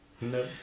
No